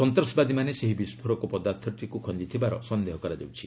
ସନ୍ତାସବାଦୀମାନେ ସେହି ବିସ୍ଫୋରକ ପଦାର୍ଥଟିକୁ ଖଞ୍ଜିଥିବାର ସନ୍ଦେହ କରାଯାଉଛି